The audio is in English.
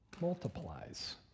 multiplies